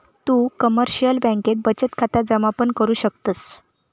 तु कमर्शिअल बँकेत बचत खाता जमा पण करु शकतस